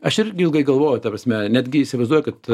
aš irgi ilgai galvojau ta prasme netgi įsivaizduoju kad